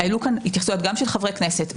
עלו כאן התייחסויות גם של חברי כנסת,